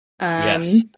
Yes